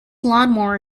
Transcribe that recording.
lawnmower